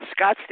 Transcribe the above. Scottsdale